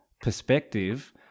perspective